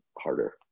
harder